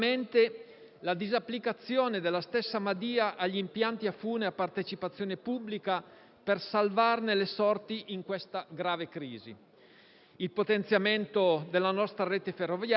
alla disapplicazione della stessa legge Madia agli impianti a fune a partecipazione pubblica, per salvarne le sorti in questa grave crisi, al potenziamento della nostra rete ferroviaria